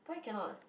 why cannot